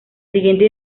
siguiente